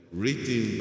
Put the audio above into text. written